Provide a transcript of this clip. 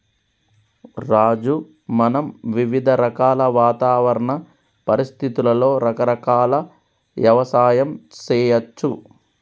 రాజు మనం వివిధ రకాల వాతావరణ పరిస్థితులలో రకరకాల యవసాయం సేయచ్చు